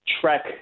Trek